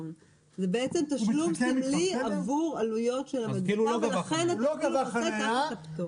זה בעצם תשלום סמלי עבור עלויות ולכן ככה כתוב.